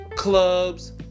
Clubs